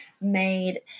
made